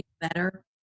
better